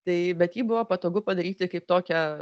tai bet jį buvo patogu padaryti kaip tokią